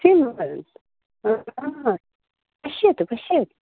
same वदन्तु हा हा पश्यतु पश्यतु